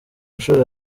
nshuro